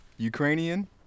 Ukrainian